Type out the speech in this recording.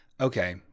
Okay